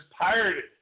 pirated